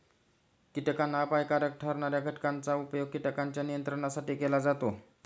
कीटकांना अपायकारक ठरणार्या घटकांचा उपयोग कीटकांच्या नियंत्रणासाठी केला जातो